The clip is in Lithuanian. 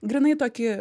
grynai tokį